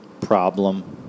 problem